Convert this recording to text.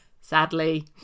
sadly